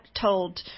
told